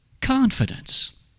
Confidence